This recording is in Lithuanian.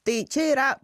tai čia yra